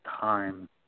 Time